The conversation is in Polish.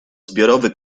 zbiorowy